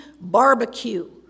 barbecue